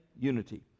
unity